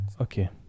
Okay